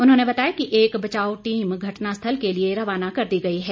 उन्होंने बताया कि एक बचाव टीम घटना स्थल के लिए रवाना कर दी गई है